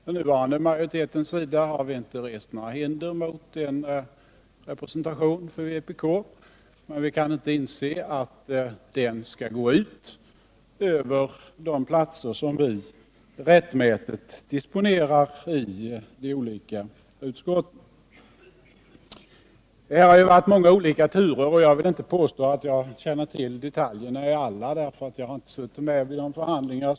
Den nuvarande majoriteten har inte rest några hinder mot en representation för vpk, men vi kan inte inse att den representationen skall gå ut över de platser som vi rättmätigt disponerar i de olika utskotten. Det har varit många olika turer i denna fråga, och jag vill inte påstå att jag känner till alla detaljer, eftersom jag inte har deltagit i samtliga förhandlingar.